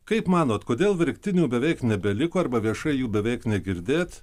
kaip manot kodėl verktinių beveik nebeliko arba viešai jų beveik negirdėt